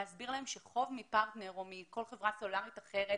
להסביר שלהם שחוב מפרטנר או מכל חברה סלולרית אחרת